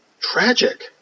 tragic